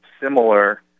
similar